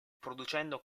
producendo